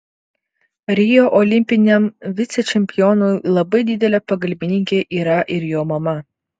rio olimpiniam vicečempionui labai didelė pagalbininkė yra ir jo mama